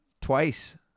twice